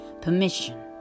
permission